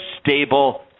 stable